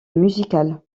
musical